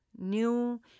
new